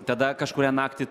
tada kažkurią naktį